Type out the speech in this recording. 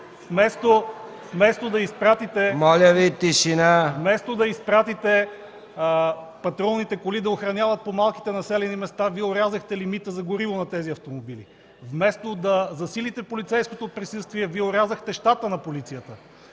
Вместо да изпратите патрулните коли да охраняват по малките населени места, Вие орязахте лимита за гориво на тези автомобили. Вместо да засилите полицейското присъствие, Вие орязахте щата на полицията.